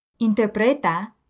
Interpreta